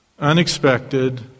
Unexpected